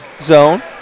zone